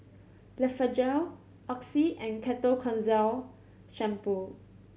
Blephagel Oxy and Ketoconazole Shampoo